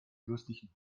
fürstlichen